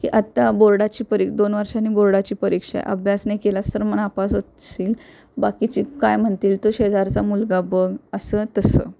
की आत्ता बोर्डाची परी दोन वर्षांनी बोर्डाची परीक्षा आहे अभ्यास नाही केलास तर मग नापास होशील बाकीची काय म्हणतील तो शेजारचा मुलगा बघ असं तसं